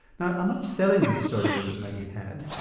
now i'm not selling this surgery that maggie had,